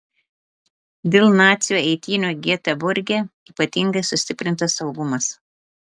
dėl nacių eitynių geteborge ypatingai sustiprintas saugumas